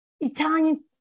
Italian